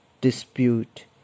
dispute